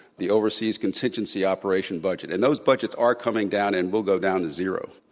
the overseas contingency operation budget. and those budgets are coming down and will go down to zero.